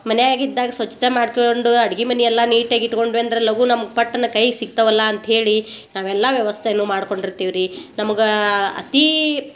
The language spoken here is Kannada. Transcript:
ಮನಿಯಾಗೆ ಇದ್ದಾಗ ಸ್ವಚ್ಛತೆ ಮಾಡ್ಕೊಂಡು ಅಡ್ಗಿ ಮನಿಯೆಲ್ಲಾ ನೀಟಾಗಿಟ್ಕೊಂದ್ವಿ ಅಂದ್ರೆ ಲಘು ನಮ್ಮ ಪಟ್ಟನ ಕೈಗೆ ಸಿಗ್ತವಲ್ಲಾ ಅಂತ್ಹೇಳಿ ನಾವೆಲ್ಲ ವ್ಯವಸ್ಥೆನೂ ಮಾಡ್ಕೊಂಡು ಇರ್ತೀವಿ ರೀ ನಮಗೆ ಅತೀ